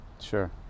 Sure